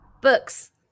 Books